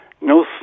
no